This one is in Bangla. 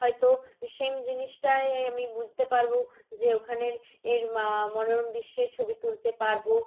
হয়তো সেম জিনিসটাই আমি বুঝতে পারব যে ওখানের এর মা মনোরম দৃশ্যের ছবি তুলতে পারব